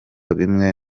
bimwe